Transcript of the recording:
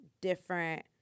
different